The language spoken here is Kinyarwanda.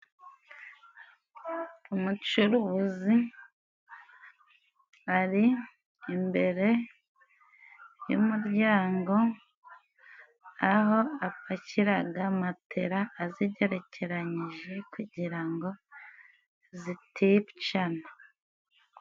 Umucuruzi ari imbere y'umuryango aho apakiraga matera azigerekeranyije kugira ngo ziticana.